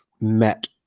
met